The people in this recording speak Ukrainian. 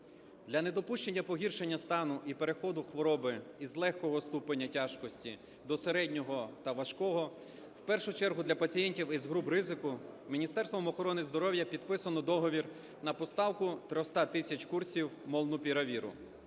Для недопущення погіршення стану і переходу хвороби із легкого ступеня тяжкості до середнього та важкого, в першу чергу для пацієнтів із груп ризику Міністерством охорони здоров'я підписано договір на поставку 300 тисяч курсів молнупіравіру